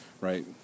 right